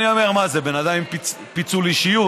אני אומר, מה, זה בן אדם עם פיצול אישיות?